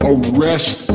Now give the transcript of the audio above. Arrest